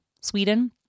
Sweden